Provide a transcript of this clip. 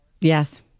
yes